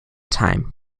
time